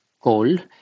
cold